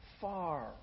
far